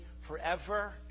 forever